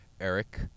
Eric